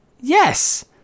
Yes